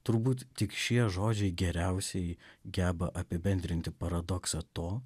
turbūt tik šie žodžiai geriausiai geba apibendrinti paradoksą to